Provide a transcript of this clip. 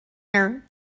their